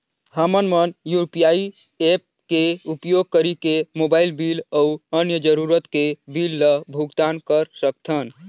हमन मन UPI apps के उपयोग करिके मोबाइल बिल अऊ अन्य जरूरत के बिल ल भुगतान कर सकथन